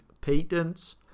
patents